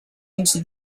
into